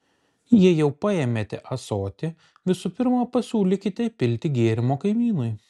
jei jau paėmėte ąsotį visų pirma pasiūlykite įpilti gėrimo kaimynui